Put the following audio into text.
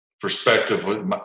perspective